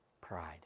Pride